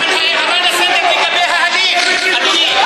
אבל זאת הערה לסדר לגבי ההליך, אדוני.